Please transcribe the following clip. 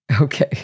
Okay